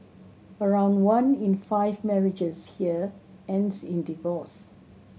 around one in five marriages here ends in divorce